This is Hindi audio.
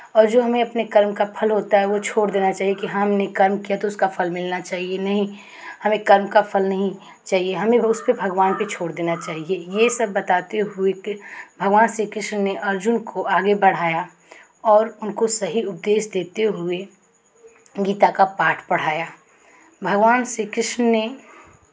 और जो हमें अपने कर्म का फल होता है वो छोड़ देना चाहिए कि हाँ हमने कर्म किया है तो उसका फल मिलना चाहिये नहीं हमें कर्म का फल नहीं चाहिए हमें उस पे भगवान पे छोड़ देना चाहिए ये सब बताते हुए कि भगवान श्री कृष्ण ने अर्जुन को आगे बढ़ाया और उनको सही उपदेश देते हुए गीता का पाठ पढ़ाया भगवान श्री कृष्ण ने